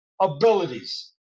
abilities